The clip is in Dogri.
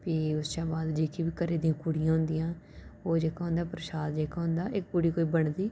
प्ही ओह्दे कशा बाद घरै दी कुड़ियां होंदियां ओह् जेह्का प्रशाद जेह्का होंदा इक कुड़ी कोई बंडदी